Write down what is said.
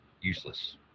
useless